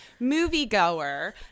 moviegoer